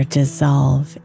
dissolve